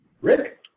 Rick